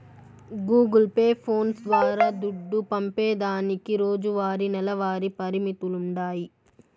Google pay, phones ద్వారా దుడ్డు పంపేదానికి రోజువారీ, నెలవారీ పరిమితులుండాయి